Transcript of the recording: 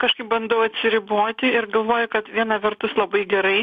kažkaip bandau atsiriboti ir galvoju kad viena vertus labai gerai